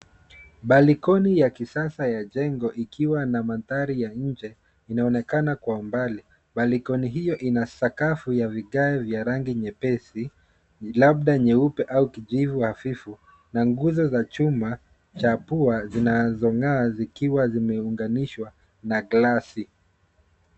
Balikoni ya kisasa ya jengo ikiwa na mandhari ya nje inaonekana kwa umbali. Balikoni hiyo ina sakafu ya vigae vya rangi nyepesi, labda nyeupe au kijivu hafifu na nguzo za chuma cha pua zinazong'aa zikiwa zimeunganishwa na glasi.